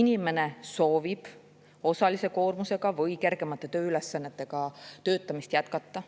inimene soovib osalise koormusega või kergemate tööülesannetega töötamist jätkata,